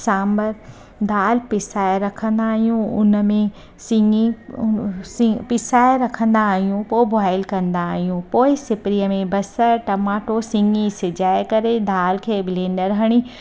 सांभर दालि पिसाए रखंदा आहियूं उन में सिंगी पिसाए रखंदा आहियूं पो बॉयल कंदा आहियूं पोइ सिपरी में बसरि टमाटो सिंगी सिझाए करे दालि खे ब्लैंडर हणी